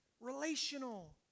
relational